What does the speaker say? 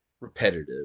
repetitive